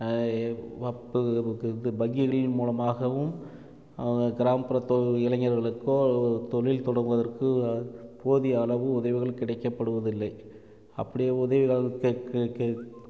இது வங்கிகளின் மூலமாகவும் அவங்க கிராமப்புற தொ இளைஞர்களுக்கோ தொழில் தொடங்குவதற்கு போதிய அளவு உதவிகள் கிடைக்கப்படுவதில்லை அப்படியே உதவிகள்